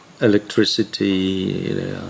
electricity